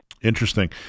Interesting